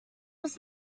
was